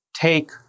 take